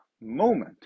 moment